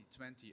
2020